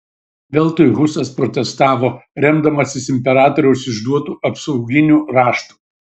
veltui husas protestavo remdamasis imperatoriaus išduotu apsauginiu raštu